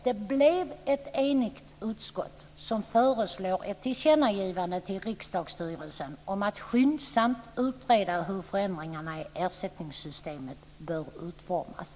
Det blev ett enigt utskott som föreslår ett tillkännagivande till riksdagsstyrelsen om att skyndsamt utreda hur förändringarna i ersättningssystemet bör utformas.